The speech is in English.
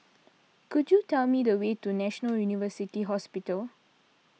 could you tell me the way to National University Hospital